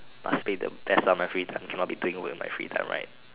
must play the best of my free time cannot be doing work on my free time right